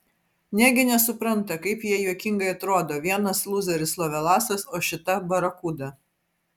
negi nesupranta kaip jie juokingai atrodo vienas lūzeris lovelasas o šita barakuda